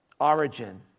Origin